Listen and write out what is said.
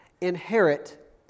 inherit